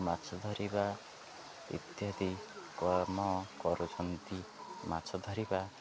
ମାଛ ଧରିବା ଇତ୍ୟାଦି କାମ କରୁଛନ୍ତି ମାଛ ଧରିବା